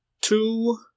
two